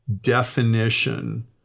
definition